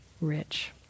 rich